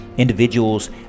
Individuals